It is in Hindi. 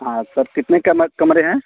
हाँ सर कितने कमरे हैं